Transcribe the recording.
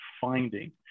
finding